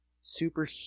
super